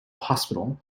hospital